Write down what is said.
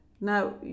Now